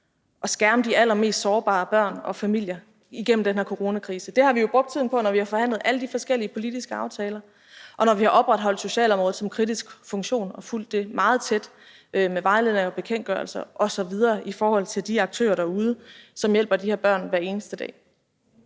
at skærme de allermest sårbare børn og familier igennem den her coronakrise. Det har vi jo brugt tiden på, når vi har forhandlet alle de forskellige politiske aftaler, og når vi har opretholdt socialområdet som kritisk funktion og fulgt området meget tæt med vejledninger og bekendtgørelser osv. i forhold til de aktører derude, som hjælper de her børn hver eneste dag.